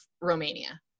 Romania